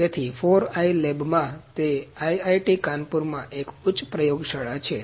તેથી 4i લેબમાં તે આઈઆઈટી કાનપુરમાં એક ઉચ્ચ પ્રયોગશાળા છે